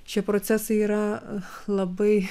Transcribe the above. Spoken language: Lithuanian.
šie procesai yra labai